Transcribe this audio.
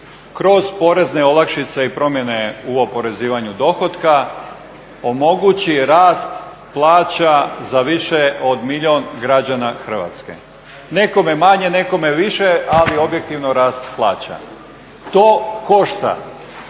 kroz porezne olakšice i promjene u oporezivanju dohotka omogući rast plaća za više od milijun građana Hrvatske. nekome manje, nekome više ali objektivno rast plaća. To košta,